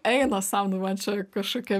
eina sau nu man čia kažkokia